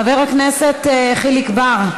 חבר הכנסת חיליק בר,